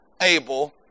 able